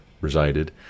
resided